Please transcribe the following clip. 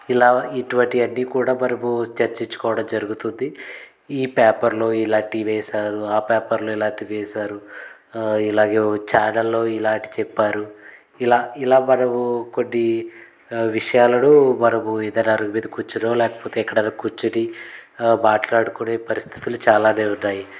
ఇలా ఇటువంటివన్నీ కూడా మనము చర్చించుకోవడం జరుగుతుంది ఈ పేపర్లో ఇలాంటి వేశారు ఆ పేపర్లో ఇలాంటి వేశారు ఇలాగే ఓ ఛానల్లో ఇలాంటి చెప్పారు ఇలా ఇలా మనము కొన్ని విషయాలను మనము ఏదన్నా అరుగు మీద కూర్చొని లేకపోతే ఎక్కడన్నా కూర్చొని మాట్లాడుకునే పరిస్థితులు చాలానే ఉన్నాయి